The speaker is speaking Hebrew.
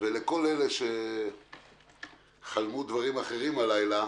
ולכל אלה שחלמו דברים אחרים הלילה,